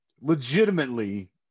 legitimately